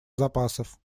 запасов